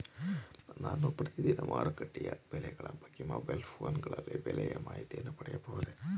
ನಾನು ಪ್ರತಿದಿನ ಮಾರುಕಟ್ಟೆಯ ಬೆಲೆಗಳ ಬಗ್ಗೆ ಮೊಬೈಲ್ ಫೋನ್ ಗಳಲ್ಲಿ ಬೆಲೆಯ ಮಾಹಿತಿಯನ್ನು ಪಡೆಯಬಹುದೇ?